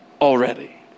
already